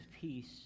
Peace